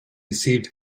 received